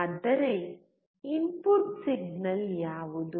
ಆದರೆ input signal ಯಾವುದು